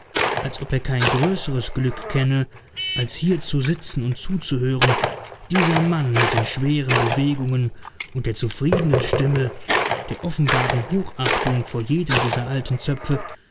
als ob er kein größeres glück kenne als hier zu sitzen und zuzuhören dieser mann mit den schweren bewegungen und der zufriedenen stimme der offenbaren hochachtung vor jedem dieser alten zöpfe